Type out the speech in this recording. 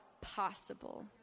possible